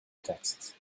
texts